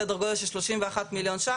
סדר גודל של שלושים ואחד מיליון ₪,